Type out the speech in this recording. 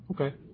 Okay